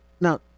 now